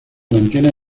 mantiene